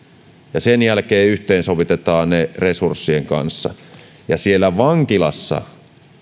ja sen jälkeen ne yhteensovitetaan resurssien kanssa ja siellä vankilassa